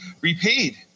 repaid